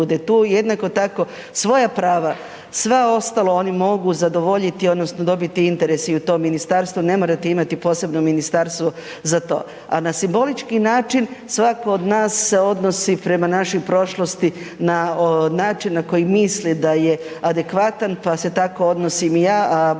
bude tu. Jednako tako svoja prava sva ostala oni mogu zadovoljiti odnosno dobiti interes i u tom ministarstvu ne morate imati posebno ministarstvo za to. A na simbolički način svako od nas se odnosi prema našoj prošlosti na način na koji misli da je adekvatan, pa se tako odnosim i ja, a